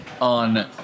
on